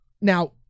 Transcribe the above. now